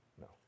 No